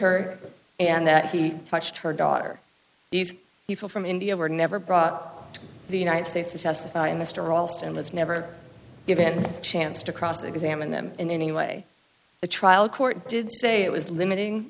her and that he touched her daughter these people from india were never brought to the united states to testify mr ralston was never given a chance to cross examine them in any way the trial court did say it was limiting